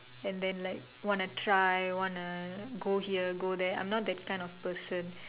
and then like wanna try wanna go here go there I'm not that kind of person